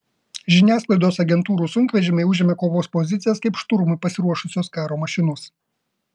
žiniasklaidos agentūrų sunkvežimiai užima kovos pozicijas kaip šturmui pasiruošusios karo mašinos